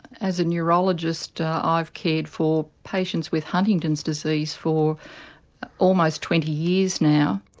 as a neurologist i've cared for patients with huntington's disease for almost twenty years now.